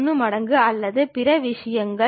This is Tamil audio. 1 மடங்கு அல்லது பிற விஷயங்கள்